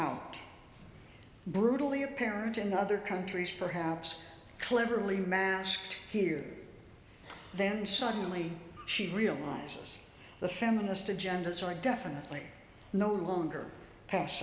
out brutally apparent in other countries perhaps cleverly masked here then suddenly she realizes the feminist agenda so i definitely no longer pass